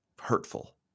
hurtful